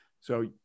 So-